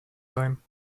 sein